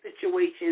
situations